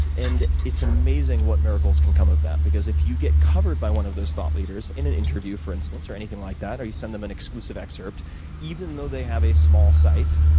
and it's amazing what miracles can come of that. because if you get covered by one of those thought leaders in an interview, for instance or anything like that or you send them an exclusive excerpt even though they have a small site,